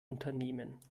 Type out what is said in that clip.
unternehmen